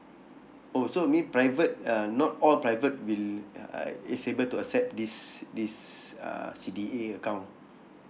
oh so mean private uh not all private will uh is able to accept this this uh C_D_A account